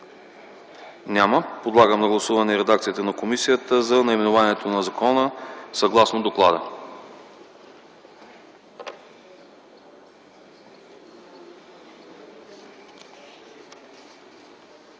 Няма. Подлагам на гласуване редакцията на комисията за наименованието на закона съгласно доклада.